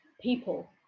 people